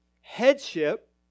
Headship